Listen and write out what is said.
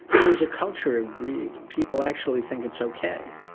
there's a culture of greed. people actually think it's okay,